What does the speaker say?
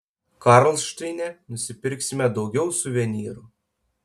karlšteine nusipirksime daugiau suvenyrų